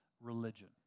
religion